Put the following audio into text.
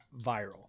viral